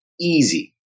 easy